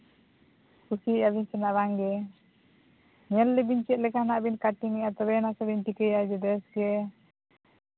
ᱠᱩᱥᱤᱭᱟᱜᱼᱟ ᱥᱮ ᱦᱟᱸᱜ ᱵᱟᱝ ᱜᱮ ᱧᱮᱞ ᱞᱮᱵᱤᱱ ᱪᱮᱫ ᱞᱮᱠᱟ ᱦᱟᱸᱜ ᱵᱤᱱ ᱠᱟᱴᱤᱝᱟ ᱛᱚᱵᱮ ᱟᱱᱟᱜ ᱥᱮᱵᱤᱱ ᱴᱷᱤᱠᱟᱹᱭᱟ ᱡᱩᱫᱟᱹ ᱥᱮ